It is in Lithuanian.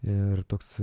ir toks